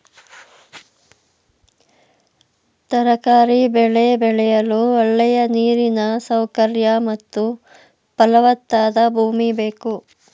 ತರಕಾರಿ ಬೆಳೆ ಬೆಳೆಯಲು ಒಳ್ಳೆಯ ನೀರಿನ ಸೌಕರ್ಯ ಮತ್ತು ಫಲವತ್ತಾದ ಭೂಮಿ ಬೇಕು